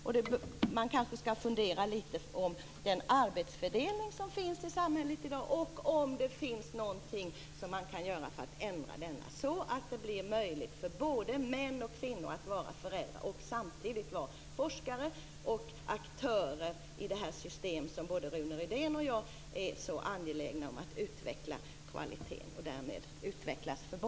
Man skall kanske fundera litet kring den arbetsfördelning som finns i dag i samhället om det finns någonting som kan göras för att förändra denna, så att det blir möjligt för både män och kvinnor att vara föräldrar och samtidigt forskare och aktörer i det system som Rune Rydén och jag är så angelägna om att utveckla kvaliteten på.